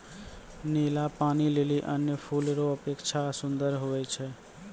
नीला पानी लीली अन्य फूल रो अपेक्षा सुन्दर हुवै छै